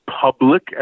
public